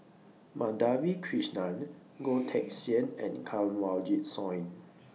Madhavi Krishnan Goh Teck Sian and Kanwaljit Soin